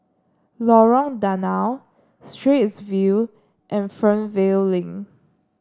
Lorong Danau Straits View and Fernvale Link